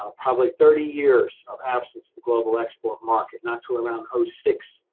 ah probably thirty years of absence to global export market, not to around so six,